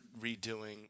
redoing